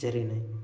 జరిగినాయి